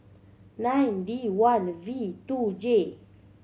nine D one V two J